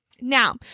now